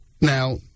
Now